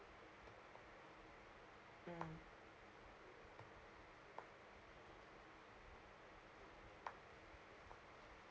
mm